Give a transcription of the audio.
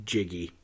Jiggy